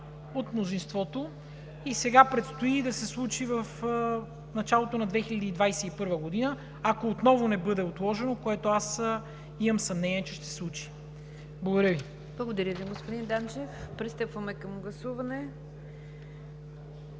от мнозинството. Сега предстои да се случи в началото на 2021 г., ако отново не бъде отложено, което аз имам съмнение, че ще се случи. Благодаря Ви. ПРЕДСЕДАТЕЛ НИГЯР ДЖАФЕР: Благодаря Ви, господин Данчев. Пристъпваме към гласуване.